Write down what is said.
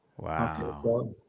Wow